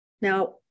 Now